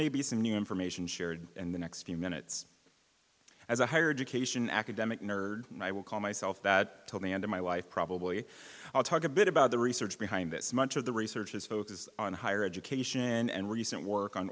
may be some new information shared in the next few minutes as a higher education academic nerd and i will call myself that till the end of my life probably i'll talk a bit about the research behind this much of the research has focused on higher education and recent work on